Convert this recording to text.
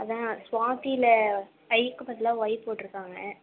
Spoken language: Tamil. அதான் ஸ்வாதியில ஐக்கு பதிலாக ஒய் போட்டுருக்காங்க